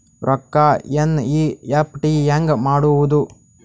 ರೊಕ್ಕ ಎನ್.ಇ.ಎಫ್.ಟಿ ಹ್ಯಾಂಗ್ ಮಾಡುವುದು?